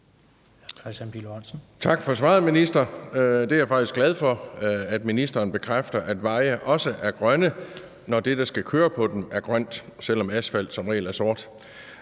Tak for svaret, minister. Jeg er faktisk glad for, at ministeren bekræfter, at veje også er grønne, når det, der skal køre på dem, er grønt, selv om asfalt som regel er sort.